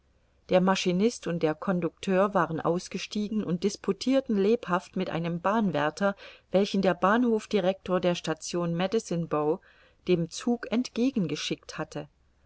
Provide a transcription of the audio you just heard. der maschinist und der conducteur waren ausgestiegen und disputirten lebhaft mit einem bahnwärter welchen der bahnhofdirector der station medecine bow dem zug entgegengeschickt hatte